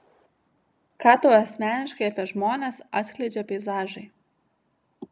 ką tau asmeniškai apie žmones atskleidžia peizažai